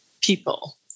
people